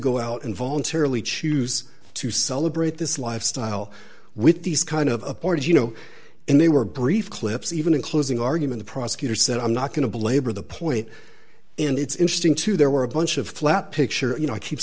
go out and voluntarily choose to celebrate this lifestyle with these kind of a board you know and they were brief clips even in closing argument the prosecutor said i'm not going to belabor the point and it's interesting too there were a bunch of flat picture you know i keep